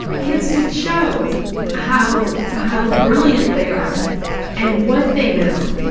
kids could show how how brilliant they are and what they know,